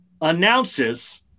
announces